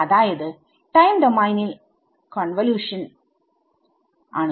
അതായത് ടൈം ഡോമൈനിൽ കോൺവല്യൂഷൻ ആണ്